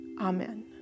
amen